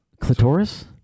Clitoris